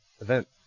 event